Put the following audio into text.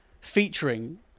featuring